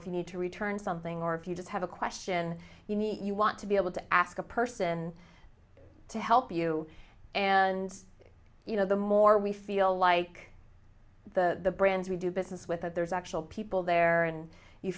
if you need to return something or if you just have a question you need you want to be able to ask a person to help you and you know the more we feel like the brands we do business with that there's actual people there and you